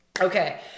Okay